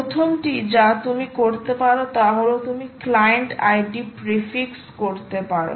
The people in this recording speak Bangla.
প্রথমটি যা তুমি করতে পারো তা হল তুমি ক্লায়েন্ট ID প্রেফিক্স করতে পারো